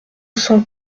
cent